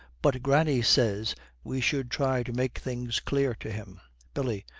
but granny says we should try to make things clear to him billy.